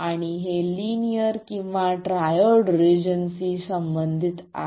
आणि हे लिनियर किंवा ट्रायोड रिजनशी संबंधित आहे